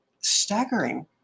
staggering